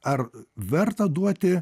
ar verta duoti